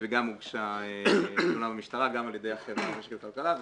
וגם הוגשה תלונה במשטרה גם על ידי החברה למשק וכלכלה,